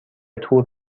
تور